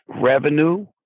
revenue